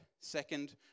Second